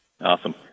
Awesome